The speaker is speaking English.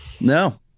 no